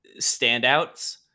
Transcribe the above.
standouts